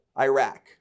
Iraq